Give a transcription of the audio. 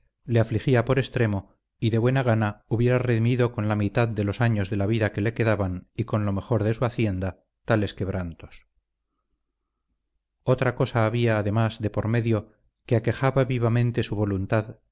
le afligía por extremo y de buena gana hubiera redimido con la mitad de los años de la vida que le quedaban y con lo mejor de su hacienda tales quebrantos otra cosa había además de por medio que aquejaba vivamente su voluntad